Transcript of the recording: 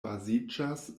baziĝas